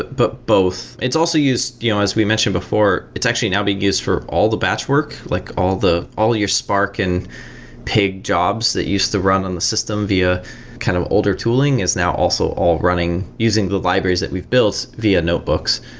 but both. it's also used, you know as we mentioned before, it's actually now being used for all the batch work, like all all your spark and pig jobs that used to run on the system via kind of older tooling is now also all running using the libraries that we've built via notebooks.